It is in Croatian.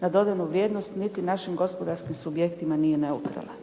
na dodanu vrijednost niti našim gospodarskim subjektima nije neutralan.